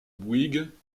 bouygues